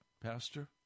Pastor